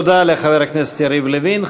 תודה לחבר הכנסת יריב לוין.